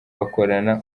bakorana